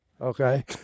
Okay